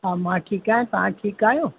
हा मां ठीकु आहियां तव्हां ठीकु आहियो